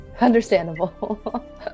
understandable